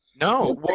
No